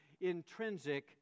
intrinsic